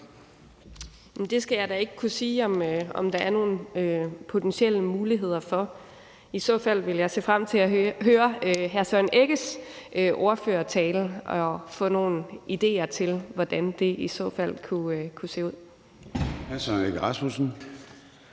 Det skal jeg da ikke kunne sige om der er nogle potentielle muligheder for. I så fald vil jeg se frem til at høre hr. Søren Egge Rasmussens ordførertale og få nogle idéer til, hvordan det i så fald kunne se ud. Kl. 17:12 Formanden